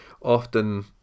often